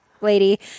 lady